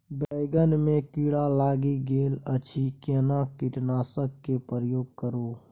बैंगन में कीरा लाईग गेल अछि केना कीटनासक के प्रयोग करू?